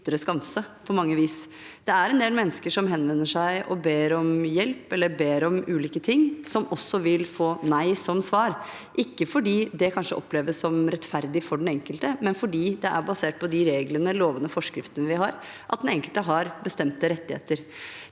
Det er en del mennesker som henvender seg og ber om hjelp, eller som ber om ulike ting, som vil få nei som svar, ikke fordi det oppleves som rettferdig for den enkelte, men fordi det er basert på de reglene, lovene og forskriftene vi har, at den enkelte har bestemte rettigheter.